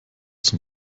zum